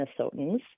Minnesotans